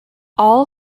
all